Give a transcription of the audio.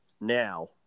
now